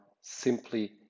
simply